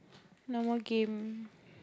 no more game